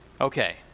Okay